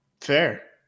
fair